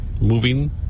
moving